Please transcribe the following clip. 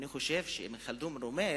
אני חושב שאבן ח'לדון רומז